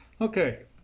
Okay